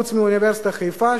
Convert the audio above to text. חוץ מאוניברסיטת חיפה,